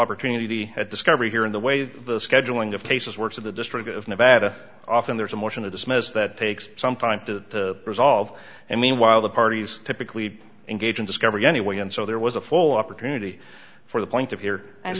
opportunity at discovery here in the way that the scheduling of cases works of the district of nevada often there's a motion to dismiss that takes some time to resolve and meanwhile the parties typically engage in discovery anyway and so there was a full opportunity for the point of here and